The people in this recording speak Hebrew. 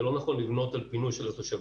לא נכון לבנות על פינוי של התושבים.